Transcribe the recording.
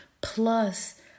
plus